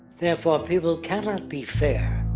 therefore, people cannot be fair.